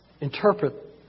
interpret